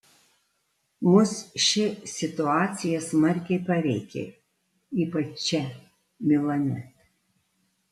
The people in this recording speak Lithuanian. mus ši situacija smarkiai paveikė ypač čia milane